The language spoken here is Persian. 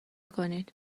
کنید